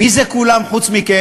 מי זה כולם, חוץ מכם?